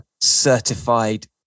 certified